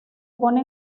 pone